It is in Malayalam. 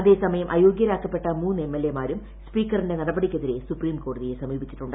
അതേസമയം അയോഗ്യരാക്കപ്പെട്ട മൂന്ന് എംഎൽഎമാരും സ്പീക്കറിന്റെ നടപടിക്കെതിരെ സുപ്രീം കോടതിയെ സമീപിച്ചിട്ടുണ്ട്